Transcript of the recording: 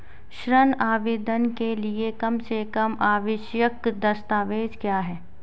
ऋण आवेदन के लिए कम से कम आवश्यक दस्तावेज़ क्या हैं?